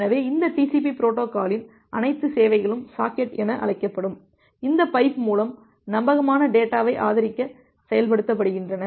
எனவே இந்த TCP பொரோட்டோகாலின் அனைத்து சேவைகளும் சாக்கெட் என அழைக்கப்படும் இந்த பைப் மூலம் நம்பகமான டேட்டாவை ஆதரிக்க செயல்படுத்தப்படுகின்றன